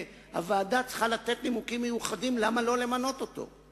הוועדה צריכה לתת נימוקים מיוחדים למה לא למנות אותו,